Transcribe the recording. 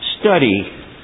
Study